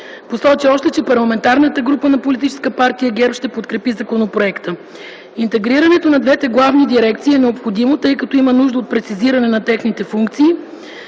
Посочи още, че парламентарната група на политическа партия „ГЕРБ” ще подкрепи законопроекта. Интегрирането на двете главни дирекции е необходимо, тъй като има нужда от прецизиране на техните функции.